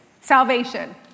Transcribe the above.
salvation